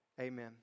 amen